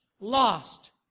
lost